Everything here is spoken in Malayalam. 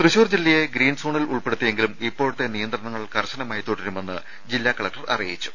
തൃശൂർ ജില്ലയെ ഗ്രീൻ സോണിൽ ഉൾപ്പെടുത്തിയെങ്കിലും ഇപ്പോഴത്തെ നിയന്ത്രണങ്ങൾ കർശനമായി തുടരുമെന്ന് ജില്ലാ കലക്ടർ അറിയിച്ചു